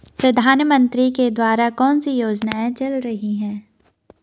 प्रधानमंत्री के द्वारा कौनसी योजनाएँ चल रही हैं?